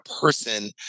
person